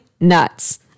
nuts